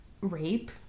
rape